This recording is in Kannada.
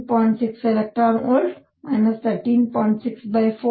6 eV 13